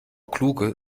kluge